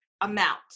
amount